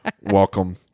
welcome